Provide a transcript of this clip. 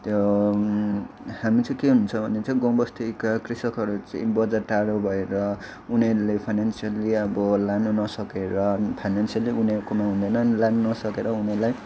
त्यो हामी के हुन्छ भने चाहिँ गाउँ बस्तीका कृषकहरू चाहिँ बजार टाढो भएर उनीहरले फाइनेनसियली अब लान नसकेर फाइनेनसियली उनीहरूकोमा हुँदैन लान नसकेर उनीहरूलाई